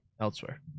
elsewhere